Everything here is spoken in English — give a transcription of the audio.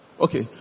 Okay